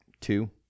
two